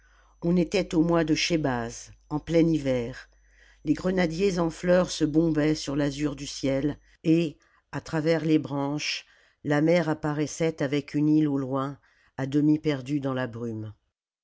on était au mois de schebat en plein hiver les grenadiers en fleurs se bombaient sur l'azur du ciel et à travers les branches la mer apparaissait avec une île au loin à demi perdue dans la brume